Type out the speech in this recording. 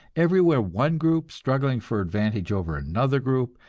everywhere one group struggling for advantage over another group,